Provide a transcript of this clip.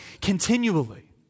continually